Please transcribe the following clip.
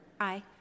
Aye